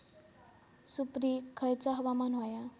सुपरिक खयचा हवामान होया?